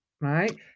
right